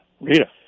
Rita